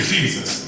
Jesus